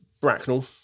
Bracknell